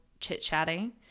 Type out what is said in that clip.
chit-chatting